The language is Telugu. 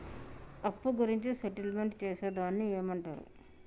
అప్పు గురించి సెటిల్మెంట్ చేసేదాన్ని ఏమంటరు?